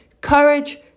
Courage